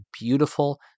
beautiful